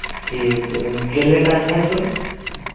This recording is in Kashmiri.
ٹھیٖک کِلنِک کَتہِ حظ چھُ